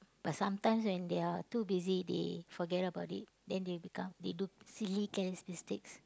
but sometimes when they are too busy they forget about it then they become they do silly careless mistakes